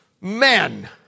men